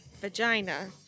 vagina